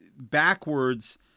backwards